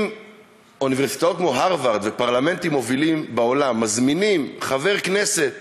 אם אוניברסיטאות כמו הרווארד ופרלמנטים מובילים בעולם מזמינים חבר כנסת